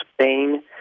Spain